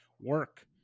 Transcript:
work